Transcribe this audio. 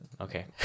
okay